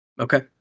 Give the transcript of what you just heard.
okay